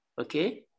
okay